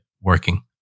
working